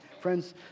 Friends